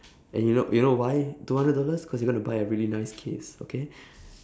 and you know you know why two hundred dollars cause you're gonna buy a really nice case okay